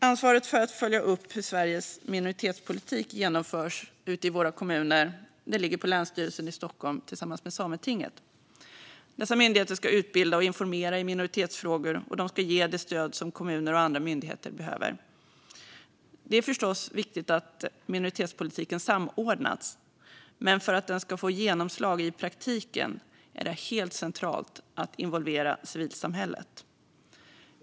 Ansvaret för att följa upp hur Sveriges minoritetspolitik genomförs ute i landets kommuner ligger på Länsstyrelsen i Stockholm tillsammans med Sametinget. Dessa myndigheter ska utbilda och informera i minoritetsfrågor, och de ska ge det stöd som kommuner och andra myndigheter behöver. Det är förstås viktigt att minoritetspolitiken samordnas, men för att den ska få genomslag i praktiken är det helt centralt att involvera civilsamhället.